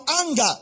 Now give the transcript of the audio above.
anger